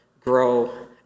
grow